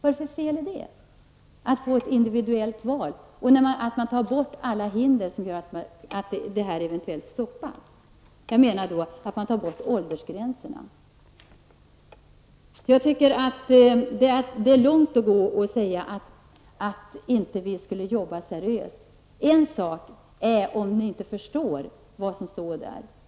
Vad är det för fel att få ett individuellt val och att ta bort alla hinder som gör att detta eventuellt stoppas, dvs. att åldersgränserna tas bort? Det är lätt att säga att vi inte skulle arbeta seriöst. Det är en annan sak att ni inte förstår vad som står i miljöpartiets förslag.